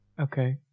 Okay